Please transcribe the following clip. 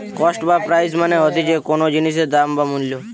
cost বা price মানে হতিছে কোনো জিনিসের দাম বা মূল্য